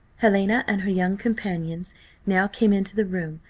helena and her young companions now came into the room,